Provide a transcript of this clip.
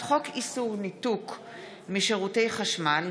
הצעת חוק הגנה על עובדים בשעת חירום (תיקון,